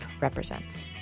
represents